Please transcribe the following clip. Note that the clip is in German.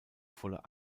voller